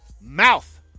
mouth